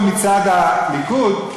כך שאין פה הפרת הסטטוס-קוו מצד הליכוד,